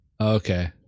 Okay